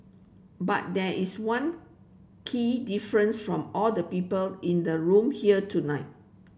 but there is one key difference from all the people in the room here tonight